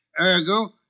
Ergo